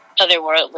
otherworldly